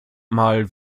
mal